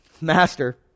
Master